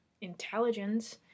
intelligence